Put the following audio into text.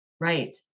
Right